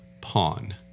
pawn